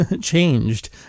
changed